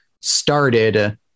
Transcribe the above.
started